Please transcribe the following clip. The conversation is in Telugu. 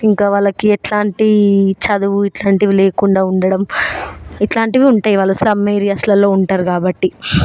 ఇంకా వాళ్ళకి ఎట్లాంటి చదువు ఇట్లాంటివి లేకుండా ఉండడం ఇట్లాంటివి ఉంటాయి వాళ్లు స్లమ్ ఏరియాస్లో ఉంటారు కాబట్టి